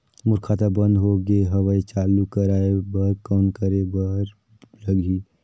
मोर खाता बंद हो गे हवय चालू कराय बर कौन करे बर लगही?